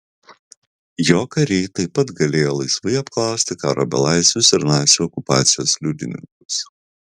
jo kariai taip pat galėjo laisvai apklausti karo belaisvius ir nacių okupacijos liudininkus